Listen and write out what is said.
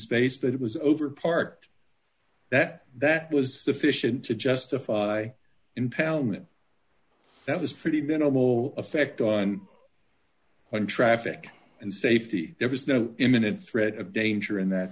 space that was over parked that that was sufficient to justify impoundment that was pretty minimal effect on one traffic and safety there was no imminent threat of danger in that